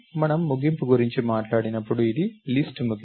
మనము ముగింపు గురించి మాట్లాడినప్పుడు ఇది లిస్ట్ ముగింపు